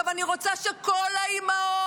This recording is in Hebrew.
עכשיו, אני רוצה שכל האימהות